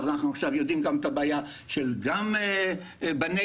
אנחנו יודעים עכשיו על הבעיה שישנה בנגב